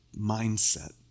mindset